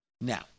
Now